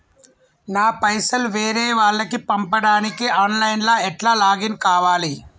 నా పైసల్ వేరే వాళ్లకి పంపడానికి ఆన్ లైన్ లా ఎట్ల లాగిన్ కావాలి?